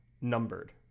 numbered